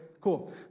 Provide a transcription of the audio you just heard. Cool